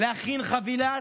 להכין חבילה